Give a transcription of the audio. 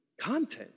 content